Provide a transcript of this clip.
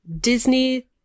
Disney